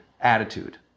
attitude